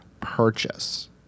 purchase